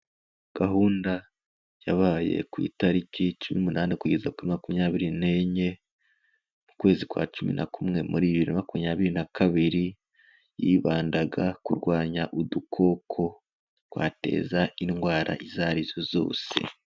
Gahunda yabaye ku itariki cumi n'umunani kugeza kuri makumyabiri n'enye, mu kwezi kwa cumi na kumwe, muri bibiri na makumyabiri na kabiri, yibandaga kurwanya udukoko twateza indwara izo ari zo zose.